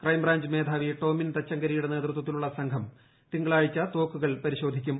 crime branch മേധാവി ടോമിൻ തച്ചങ്കരിയുടെ നേതൃത്വത്തിലുള്ള സംഘം തിങ്കളാഴ്ച തോക്കുകൾ പരിശോധിക്കും